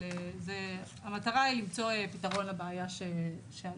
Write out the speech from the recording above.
אבל המטרה היא למצוא פתרון לבעיה שעלתה.